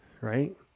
right